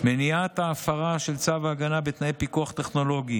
מניעת ההפרה של צו ההגנה בתנאי פיקוח טכנולוגי